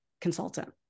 consultant